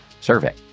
survey